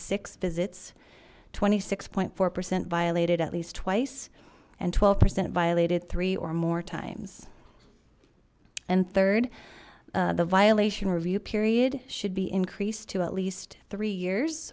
visits twenty six four percent violated at least twice and twelve percent violated three or more times and third the violation review period should be increased to at least three years